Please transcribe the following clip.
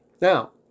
Now